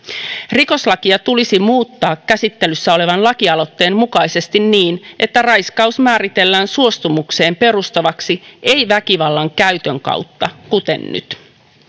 rikoslakia tulisi muuttaa käsittelyssä olevan lakialoitteen mukaisesti niin että raiskaus määritellään suostumukseen perustuvaksi ei väkivallan käytön kautta kuten nyt